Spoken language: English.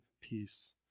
peace